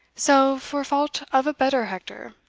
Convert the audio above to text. so, for fault of a better, hector,